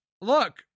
Look